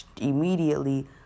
immediately